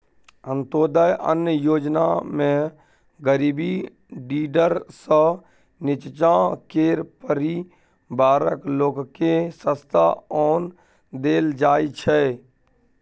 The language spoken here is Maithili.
अंत्योदय अन्न योजनामे गरीबी डिडीर सँ नीच्चाँ केर परिबारक लोककेँ सस्ता ओन देल जाइ छै